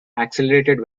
accelerated